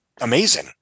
Amazing